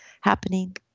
happening